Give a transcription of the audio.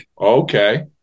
Okay